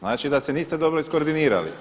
Znači da se niste dobro iskoordinirali.